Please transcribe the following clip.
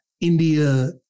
India